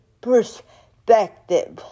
perspective